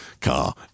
car